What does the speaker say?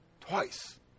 Twice